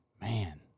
man